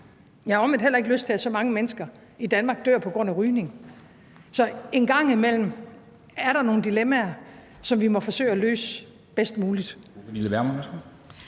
jeg har omvendt heller ikke lyst til, at så mange mennesker i Danmark dør på grund af rygning. Så en gang imellem er der nogle dilemmaer, som vi må forsøge at løse bedst muligt.